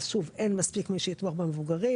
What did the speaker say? אז שוב אין מספיק מי שיתמוך במבוגרים,